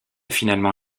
finalement